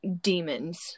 demons